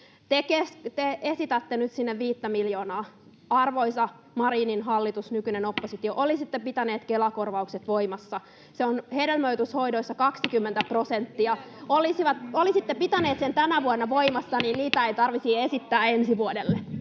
Te esitätte nyt siinä viittä miljoonaa, arvoisa Marinin hallitus, nykyinen oppositio: olisitte pitäneet Kela-korvaukset voimassa. Se on hedelmöityshoidoissa 20 prosenttia. Olisitte pitäneet sen tänä vuonna voimassa, [Jussi Saramo: Tehän niitä